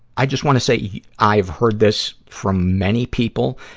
i just wanna say yeah i've heard this from many people.